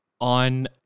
on